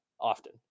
Often